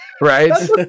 right